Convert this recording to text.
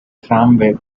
tramway